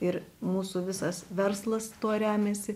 ir mūsų visas verslas tuo remiasi